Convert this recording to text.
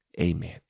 Amen